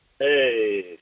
Hey